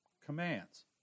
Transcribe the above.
commands